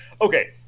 Okay